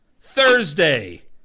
thursday